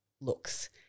looks